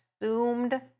assumed